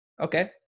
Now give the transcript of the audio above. okay